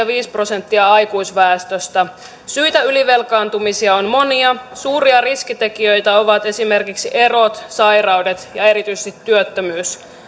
viisi prosenttia aikuisväestöstä syitä ylivelkaantumiseen on monia suuria riskitekijöitä ovat esimerkiksi erot sairaudet ja erityisesti työttömyys